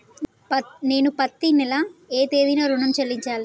నేను పత్తి నెల ఏ తేదీనా ఋణం చెల్లించాలి?